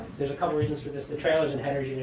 there's a couple reasons for this. the trailers and headers,